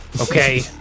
Okay